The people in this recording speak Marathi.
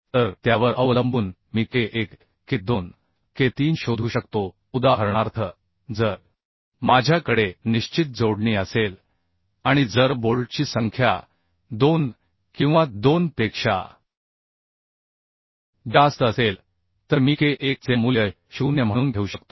तर त्यावर अवलंबून मी K1 K2 K3 शोधू शकतो उदाहरणार्थ जर माझ्याकडे निश्चित जोडणी असेल आणि जर बोल्टची संख्या 2 किंवा 2 पेक्षाजास्त असेल तर मी K1 चे मूल्य 0 म्हणून घेऊ शकतो